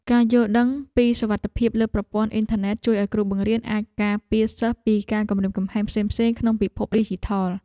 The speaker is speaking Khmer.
ការយល់ដឹងពីសុវត្ថិភាពលើប្រព័ន្ធអ៊ីនធឺណិតជួយឱ្យគ្រូបង្រៀនអាចការពារសិស្សពីការគំរាមកំហែងផ្សេងៗក្នុងពិភពឌីជីថល។